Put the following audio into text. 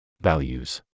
Values